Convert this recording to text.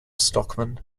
stockman